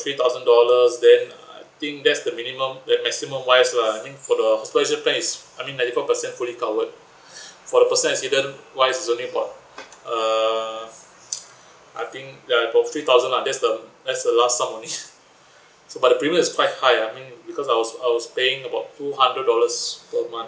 three thousand dollars then I think that's the minimum the maximum wise lah I mean the hospitalisation plan is ninety four percent fully covered for the personal accident wise is only about err I think ya about three thousand lah there's the there's the last sum money so but the premium is quite high ah because I was I was paying about two hundred dollars per month